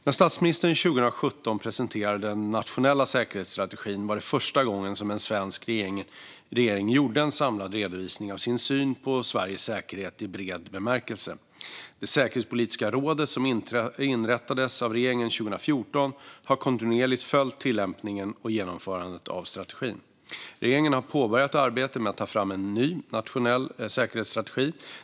När statsministern 2017 presenterade den nationella säkerhetsstrategin var det första gången som en svensk regering gjorde en samlad redovisning av sin syn på Sveriges säkerhet i bred bemärkelse. Det säkerhetspolitiska rådet, som inrättades av regeringen 2014, har kontinuerligt följt tillämpningen och genomförandet av strategin. Regeringen har påbörjat arbetet med att ta fram en ny nationell säkerhetsstrategi.